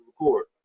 record